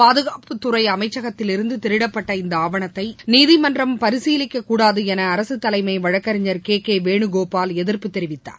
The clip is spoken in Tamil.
பாதுகாப்புத்துறை அமைச்சகத்திலிருந்து திருடப்பட்ட இந்த ஆவணத்தை நிதிமன்றம் பரிசீலிக்கக் கூடாது என அரசு தலைமை வழக்கறிஞர் கே கே வேணுகோபால் எதிர்ப்பு தெரிவித்தார்